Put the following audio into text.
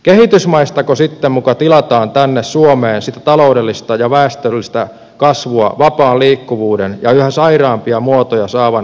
kehitysmaistako sitten muka tilataan tänne suomeen sitä taloudellista ja väestöllistä kasvua vapaan liikkuvuuden ja yhä sairaampia muotoja saavan monikulttuurisuuden nimissä